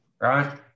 Right